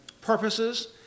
purposes